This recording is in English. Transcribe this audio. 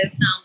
now